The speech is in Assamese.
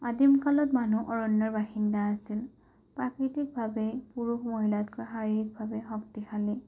আদিম কালত মানুহ অৰণ্যৰ বাসিন্দা আছিল প্ৰাকৃতিকভাৱে পুৰুষ মহিলাতকৈ শাৰীৰিকভাৱে শক্তিশালী